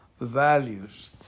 values